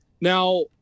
now